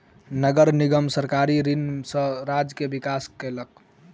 नगर निगम सरकारी ऋण सॅ राज्य के विकास केलक